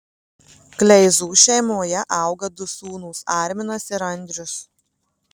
kleizų šeimoje auga du sūnūs arminas ir andrius